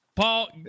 Paul